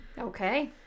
Okay